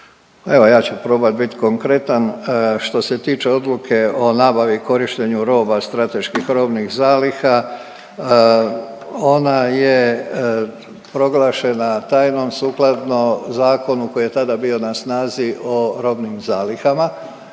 Evo, ja ću probat bit konkretan. Što se tiče odluke o nabavi i korištenju roba strateških robnih zaliha ona je proglašena tajnom sukladno zakonu koji je tada bio na snazi o robnim zalihama.